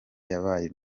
yabaye